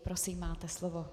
Prosím, máte slovo.